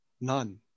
none